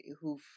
who've